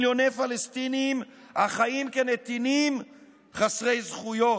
מציאות של מיליוני פלסטינים החיים כנתינים חסרי זכויות.